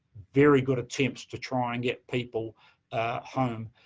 very good attempts to try and get people home,